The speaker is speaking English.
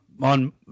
on